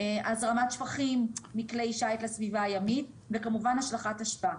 הזרמת שפכים מכלי שיט לסביבה הימית וכמובן השלכת אשפה,